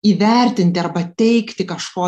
įvertinti arba teigti kažko